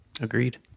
Agreed